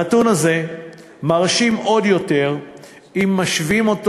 הנתון הזה מרשים עוד יותר אם משווים אותו